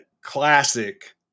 classic